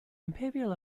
imperial